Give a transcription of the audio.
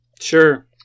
Sure